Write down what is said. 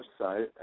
website